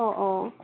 অঁ অঁ